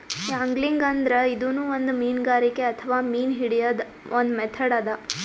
angling ಅಂದ್ರ ಇದೂನು ಒಂದ್ ಮೀನ್ಗಾರಿಕೆ ಅಥವಾ ಮೀನ್ ಹಿಡ್ಯದ್ದ್ ಒಂದ್ ಮೆಥಡ್ ಅದಾ